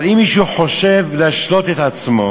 אבל אם מישהו חושב להשלות את עצמו